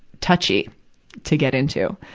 touchy to get into.